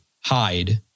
hide